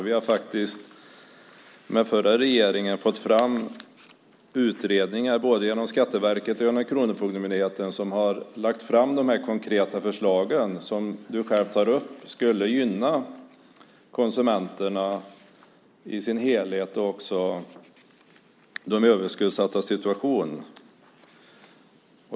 Vi har med förra regeringen fått fram utredningar, genom både Skatteverket och Kronofogdemyndigheten, som har lagt fram de konkreta förslag som du själv tar upp skulle gynna konsumenterna i sin helhet och också de överskuldsattas situation.